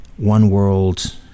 one-world